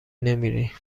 نمیری